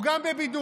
הוא גם בבידוד.